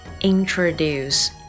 Introduce